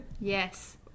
Yes